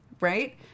right